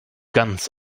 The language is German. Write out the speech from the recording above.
ganz